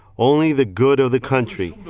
only the good of the country,